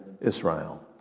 Israel